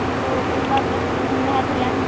ସବୁ ପୁରୁଣା ପ୍ରେସ୍କ୍ରିପ୍ସନ୍ ଯାହା ଥିଲା